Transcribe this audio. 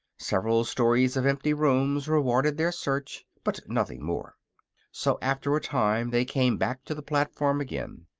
several stories of empty rooms rewarded their search, but nothing more so after a time they came back to the platform again.